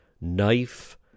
knife